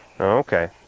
okay